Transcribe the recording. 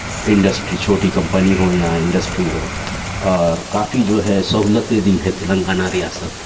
industry چھوٹی company ہو یا انڈسٹری ہو اور کافی جو ہے سہولتیں دی ہے تلنگانہ ریاست